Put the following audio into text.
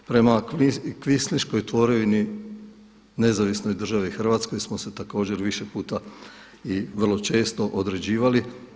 Prema kvislinškoj tvorevini nezavisnoj državi Hrvatskoj smo se također više puta i vrlo često određivali.